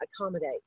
accommodate